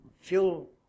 fuel